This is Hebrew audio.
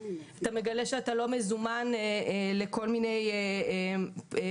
אתה מגלה שאתה לא מזומן לכל מיני פגישות,